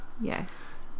Yes